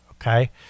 okay